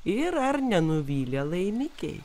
ir ar nenuvylė laimikiai